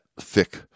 thick